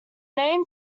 name